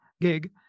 gig